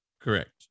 Correct